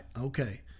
Okay